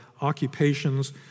occupations